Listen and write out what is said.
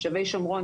שבי שומרון,